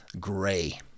Gray